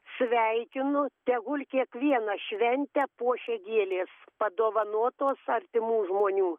sveikinu tegul kiekvieną šventę puošia gėlės padovanotos artimų žmonių